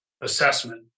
assessment